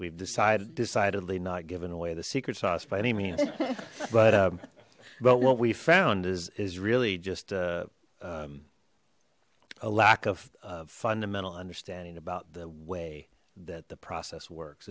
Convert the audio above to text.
we've decided decidedly not given away the secret sauce by any means but but what we found is is really just a lack of fundamental understanding about the way that the process works